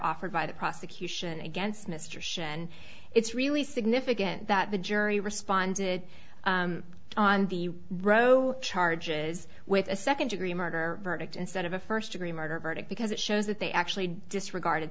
offered by the prosecution against mr shin it's really significant that the jury responded on the row charges with a second degree murder verdict instead of a first degree murder verdict because it shows that they actually disregard